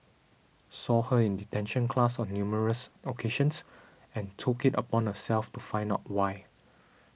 saw her in detention class on numerous occasions and took it upon herself to find out why